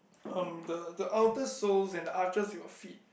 um the the outer soles and the arches of your feet